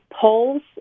polls